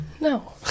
No